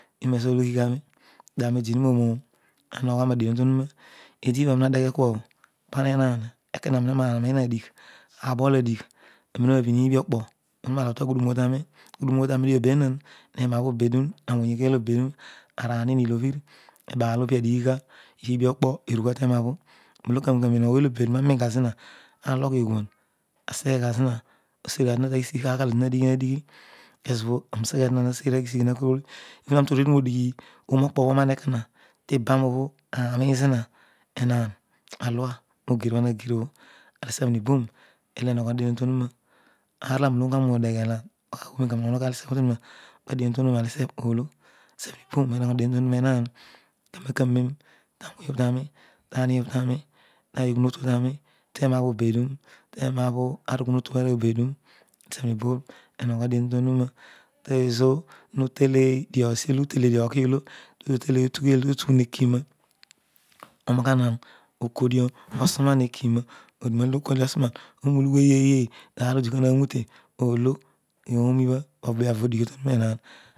Ibenzolo oghighoii kedio aami odini moroomi nanoghogha roadien obhotohuna edi bhabo aami hadeghe kuabho paama ehaan ekena mina na bol adigh amina na bin libio maruroa logh taghudum tami taghudum obho tapidio benan emabho obedun, nawuny ugheel obedum araami nilobhir ebaal obho edighugher ilbiokpo erugha te roa bho molo kariero kamero ooy olo obedun aroingha zina alogh eghuah aseghegha zina aseri taghigigh karkar kezobho ani useghe zina useri tabghisig akol ibha ani toruediomodighi oono kpobho oman ekona tibaro obho arol urom zina alisebh in buorn erool ehogho noidien obho tohuna iroloaani loghoom odeghe na ipu modeghe abisebh nibuon erol enogho dien obho to. Enaan anen ka nen ta wuny obho tani tamo obho tenabho obeduro tenabho tarughuwtu obho obeduro ahsebh wa ibuon ehogho dien obhotowuroa tezo motele nesieolo uteledio ogh olo motele motughel totu nekina omanughan okidian osuna mekina adunolo to kodi esuna tomulughu okoleyeeye maa orolo odikua namute olo oomibha pogh avo odighowroa ehaan